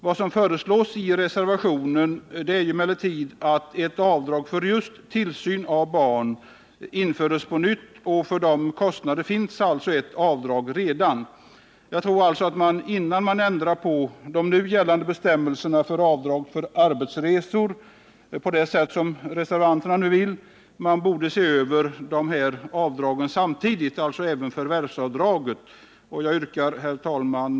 Vad som föreslås i reservationen är att ett avdrag för just tillsyn av barn skall införas på ett nytt sätt. För de kostnaderna finns redan ett avdrag. Jag tycker alltså att man, innan man ändrar på de nu gällande bestämmelserna för avdrag för arbetsresor, på det sätt som reservanterna nu vill, borde se över även förvärvsavdraget. Herr talman!